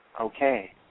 Okay